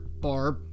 Barb